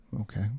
Okay